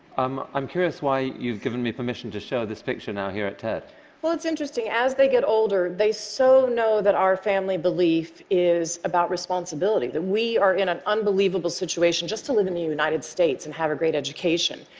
um i'm curious why you've given me permission to show this picture now here at ted. mg well, it's interesting. as they get older, they so know that our family belief is about responsibility, that we are in an unbelievable situation just to live in the united states and have a great education,